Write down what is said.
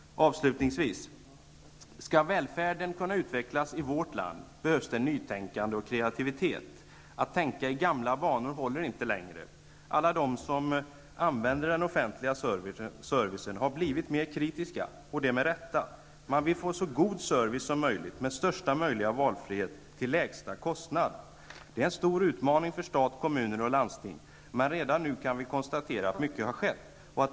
Avslutningsvis: Om välfärden skall kunna utvecklas i vårt land behövs det nytänkande och kreativitet. Att tänka i gamla banor håller inte längre. Alla de som använder den offentliga servicen har blivit mer kritiska, och det med rätta. Man vill få så god service som möjligt med största möjliga valfrihet till lägsta kostnad. Det är en stor utmaning för stat, kommuner och landsting, men redan nu kan vi konstatera att mycket har skett.